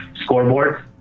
scoreboard